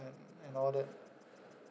and and all that